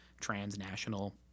transnational